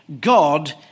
God